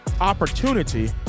opportunity